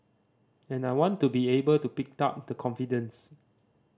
and I want to be able to pick up the confidence